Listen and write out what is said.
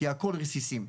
כי הכל רסיסים,